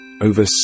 Over